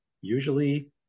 usually